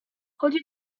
chodzi